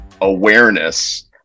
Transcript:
awareness